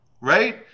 right